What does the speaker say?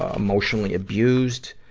ah emotionally abused.